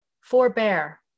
Forbear